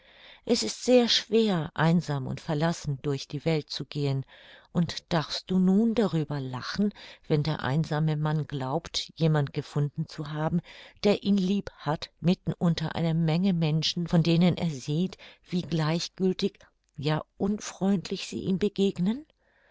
es ist sehr schwer einsam und verlassen durch die welt zu gehen und darfst du nun darüber lachen wenn der einsame mann glaubt jemand gefunden zu haben der ihn lieb hat mitten unter einer menge menschen von denen er sieht wie gleichgültig ja unfreundlich sie ihm begegnen